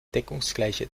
deckungsgleiche